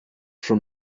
from